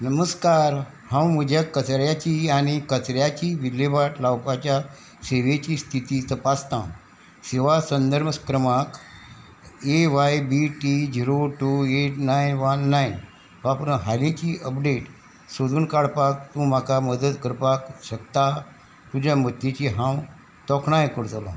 नमस्कार हांव म्हज्या कचऱ्याची आनी कचऱ्याची विलेवाट लावपाच्या सेवेची स्थिती तपासतां सेवा संदर्भ क्रमांक A Y B T zero two eight nine one nine वापरून हालींची अपडेट सोदून काडपाक तूं म्हाका मदत करपाक शकता तुज्या मत्तेची हांव तोखणाय करतलो